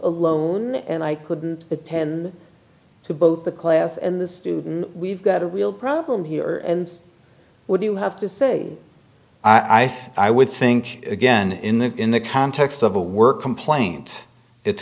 alone and i couldn't attend to both the class and the student we've got a real problem here and what do you have to say i think i would think again in the in the context of a work complaint it's